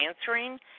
answering